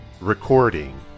recording